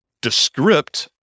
descript